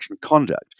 Conduct